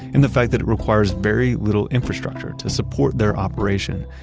and the fact that it requires very little infrastructure to support their operation,